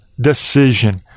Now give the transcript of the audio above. decision